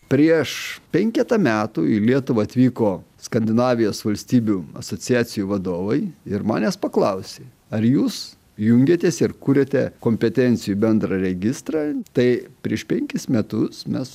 prieš penketą metų į lietuvą atvyko skandinavijos valstybių asociacijų vadovai ir manęs paklausė ar jūs jungiatės ir kuriate kompetencijų bendrą registrą tai prieš penkis metus mes